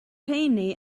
rheiny